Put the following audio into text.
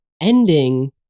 ending